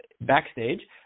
backstage